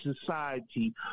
society